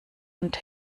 und